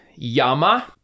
Yama